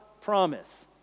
promise